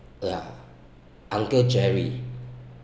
yeah uncle jerry